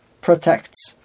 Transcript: protects